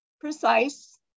precise